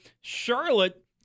Charlotte